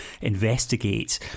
investigate